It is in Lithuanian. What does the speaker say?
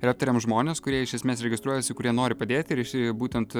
ir aptarėm žmones kurie iš esmės registruojasi kurie nori padėti ir iš būtent